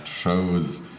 shows